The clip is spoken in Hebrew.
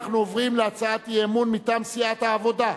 אנחנו עוברים להצעת אי-אמון מטעם סיעת העבודה,